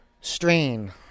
strain